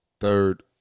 third